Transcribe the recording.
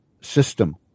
system